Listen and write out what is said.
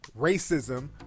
racism